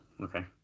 Okay